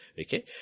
Okay